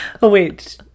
wait